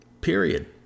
period